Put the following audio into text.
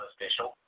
official